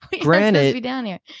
Granted